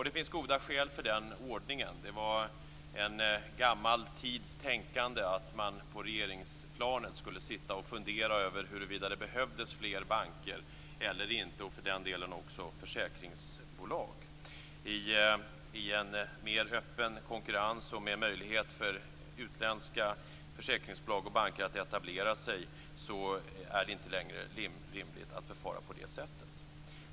Det finns goda skäl för den ordningen. Det var en gammal tids tänkande att man på regeringsplanet skulle sitta och fundera över huruvida det behövdes flera banker eller inte, och för den delen också försäkringsbolag. I en mer öppen konkurrens och med möjligheter för utländska försäkringsbolag och banker att etablera sig är det inte längre rimligt att förfara på det sättet.